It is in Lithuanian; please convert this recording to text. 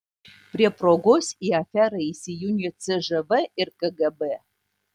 prie progos į aferą įsijungia cžv ir kgb